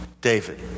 David